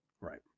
right